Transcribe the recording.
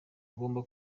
agomba